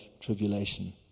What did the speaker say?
tribulation